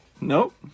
Nope